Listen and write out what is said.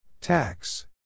Tax